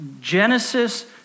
Genesis